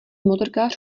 motorkář